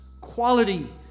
quality